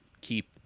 keep